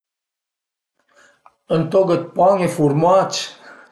Ün toch dë pan e furmac